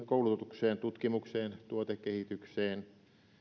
koulutukseen ja tutkimukseen tuotekehitykseen